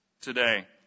today